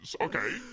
Okay